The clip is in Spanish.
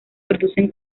producen